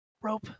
rope